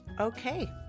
okay